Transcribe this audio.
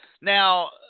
Now